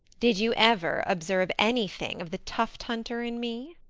did you ever observe anything of the tuft-hunter in me?